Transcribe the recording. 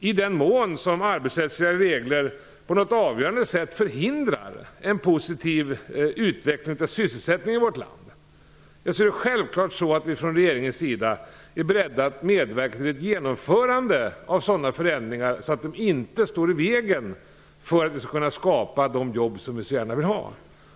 I den mån arbetsrättsliga regler på något avgörande sätt förhindrar en positiv utveckling av sysselsättningen i vårt land är det självklart att vi från regeringens sida är beredda att medverka till ett genomförande av sådana förändringar att de inte står i vägen för skapandet av de jobb som vi så gärna vill ha.